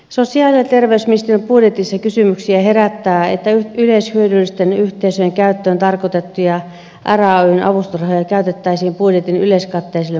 sosiaali ja terveysministeriön budjetissa kysymyksiä herättää että yleishyödyllisten yhteisöjen käyttöön tarkoitettuja rayn avustusrahoja käytettäisiin budjetin yleiskatteisille momenteille